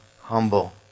humble